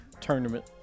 tournament